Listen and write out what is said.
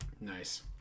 Nice